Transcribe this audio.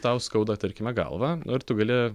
tau skauda tarkime galvą nu ir tu gali